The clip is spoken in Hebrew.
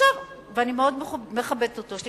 ואני מאוד מכבדת אותו,